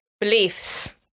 beliefs